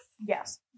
Yes